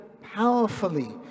powerfully